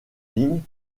lignes